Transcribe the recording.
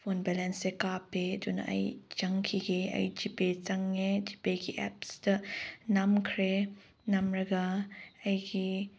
phone ꯕꯦꯂꯦꯟꯁꯁꯦ ꯀꯥꯞꯄꯦ ꯑꯗꯨꯅ ꯑꯩ ꯆꯪꯈꯤꯒꯦ ꯑꯩ ꯖꯤꯄꯦ ꯆꯪꯉꯦ ꯖꯤꯄꯦꯒꯤ ꯑꯦꯞꯁꯇ ꯅꯝꯈ꯭ꯔꯦ ꯅꯝꯂꯒ ꯑꯩꯒꯤ